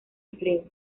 empleo